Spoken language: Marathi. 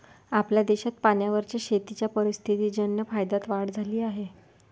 आपल्या देशात पाण्यावरच्या शेतीच्या परिस्थितीजन्य फायद्यात वाढ झाली आहे